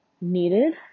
needed